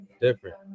different